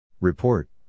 Report